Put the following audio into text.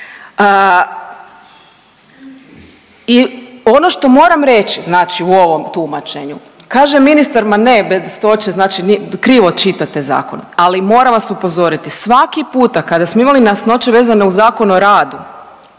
i ono što moram reći znači u ovom tumačenju, kaže ministar ma ne, bedastoće, znači krivo čitate zakon, ali moram vas upozoriti, svaki puta kada smo imali nejasnoće vezane uz Zakon o radu